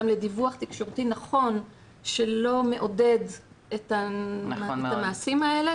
לדיווח תקשורתי נכון שלא מעודד את המעשים האלה,